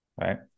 right